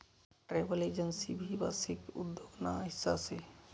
travel agency भी वांशिक उद्योग ना हिस्सा शे